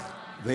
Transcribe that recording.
בג"ץ, מאיר.